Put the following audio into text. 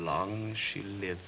long she lives